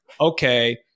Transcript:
okay